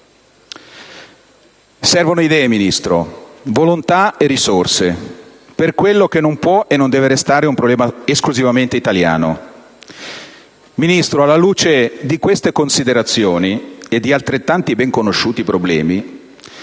Servono idee, Ministro, volontà e risorse per quello che non può e non deve restare un problema esclusivamente italiano. Ministro, alla luce di queste considerazioni e di altrettanti ben conosciuti problemi,